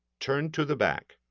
turn to the back.